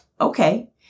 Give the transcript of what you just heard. okay